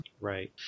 Right